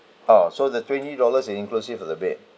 oh so the twenty dollars is inclusive to the bed